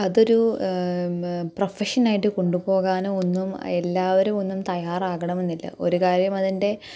അതൊരു പ്രൊഫഷൻ ആയിട്ട് കൊണ്ടു പോകാനും ഒന്നും എല്ലാവരും ഒന്നും തയ്യാറാകണമെന്നില്ല ഒരു കാര്യം അതിന്റെ